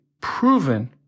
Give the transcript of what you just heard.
proven